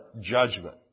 judgment